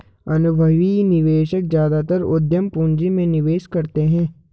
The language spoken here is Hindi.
अनुभवी निवेशक ज्यादातर उद्यम पूंजी में निवेश करते हैं